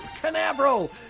Canaveral